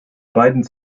beiden